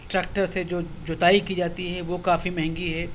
tractor سے جو جوتائی کی جاتی ہے وہ کافی مہنگی ہے